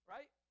Right